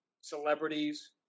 celebrities